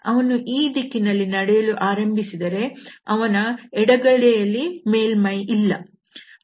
ಅವನು ಈ ದಿಕ್ಕಿನಲ್ಲಿ ನಡೆಯಲು ಪ್ರಾರಂಭಿಸಿದರೆ ಅವನ ಎಡಗಡೆಯಲ್ಲಿ ಮೇಲ್ಮೈ ಇಲ್ಲ